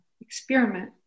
experiment